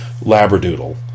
labradoodle